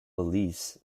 release